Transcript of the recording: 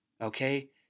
Okay